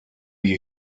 you